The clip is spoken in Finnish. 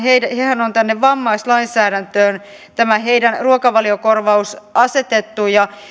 on tänne vammaislainsäädäntöön tämä heidän ruokavaliokorvauksensa asetettu ja